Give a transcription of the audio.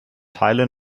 teile